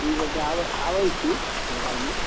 ठीक हय तऽ आबै आबै छी थोड़े कालमे